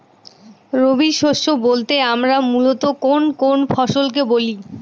রবি শস্য বলতে আমরা মূলত কোন কোন ফসল কে বলি?